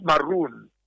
maroon